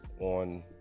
on